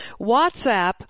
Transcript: WhatsApp